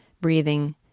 breathing